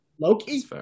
Loki